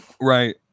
Right